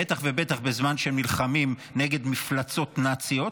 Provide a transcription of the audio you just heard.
בטח ובטח בזמן שהם נלחמים נגד מפלצות נאציות,